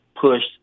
pushed